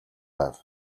байв